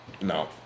No